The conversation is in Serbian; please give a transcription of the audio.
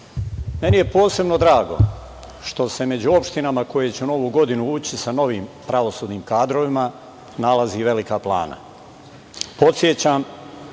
je posebno drago što se među opštinama koje će u Novu godinu ući sa novim pravosudnim kadrovima nalazi i Velika Plana. Podsećam,